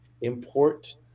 Import